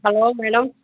hello madam